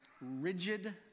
rigid